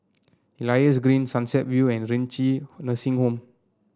Elias Green Sunset View and Renci Nursing Home